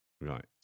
Right